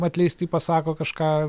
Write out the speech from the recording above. atleisti pasako kažką